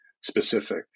specific